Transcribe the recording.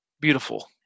beautiful